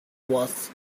was